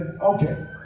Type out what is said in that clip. okay